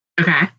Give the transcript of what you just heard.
Okay